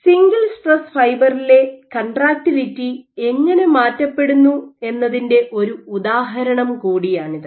single stress ഫൈബറിലെ contractility എങ്ങനെ മാറ്റപ്പെടുന്നു എന്നതിന്റെ ഒരു ഉദാഹരണം കൂടിയാണിത്